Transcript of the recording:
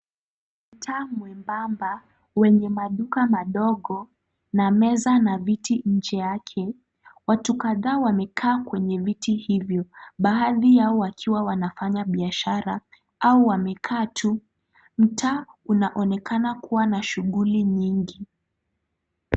Mtaa mwembamba, wenye maduka madogo na meza na viti nje yake, watu kadhaa wamekaa kwenye viti hivyo, baadhi yao wakiwa wanafanya biashara au wamekaa tu. Mtaa unaonekana kuwa na shughuli nyingi.